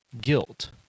guilt